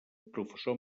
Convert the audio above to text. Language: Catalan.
professor